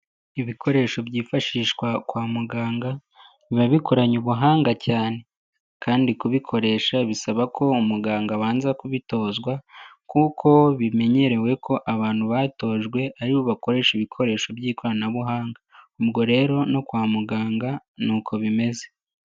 Ibikoresho byifashishwa kwa muganga, biba bikoranye ubuhanga cyane kandi kubikoresha bisaba ko umuganga abanza kubitozwa kuko bimenyerewe ko abantu batojwe ari bo bakoresha ibikoresho by'ikoranabuhanga, ubwo rero no kwa muganga, ni uko bimeze.